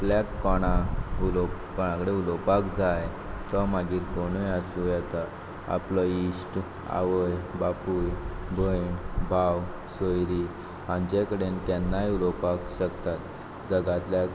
आपल्याक कोणाक उलो कोणा कडेन उलोपाक जाय तो मागीर कोण आसूं येता आपलो इश्ट आवय बापूय भयण भाव सोयरीं हांचे कडेन केन्नाय उलोपाक शकतात जगांतल्या